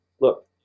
look